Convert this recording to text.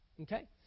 Okay